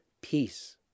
peace